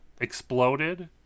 exploded